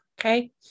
okay